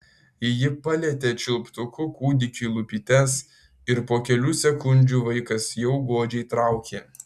ji palietė čiulptuku kūdikiui lūpytes ir po kelių sekundžių vaikas jau godžiai traukė